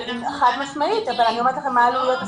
חד משמעית אבל אני אומרת לכם מה העלויות.